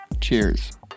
cheers